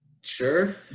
sure